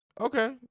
okay